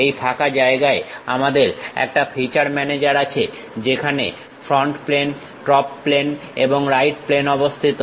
এই ফাঁকা জায়গায় আমাদের একটা ফিচার ম্যানেজার আছে যেখানে ফ্রন্ট প্লেন টপ প্লেন এবং রাইট প্লেন অবস্থিত